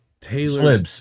taylor